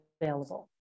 available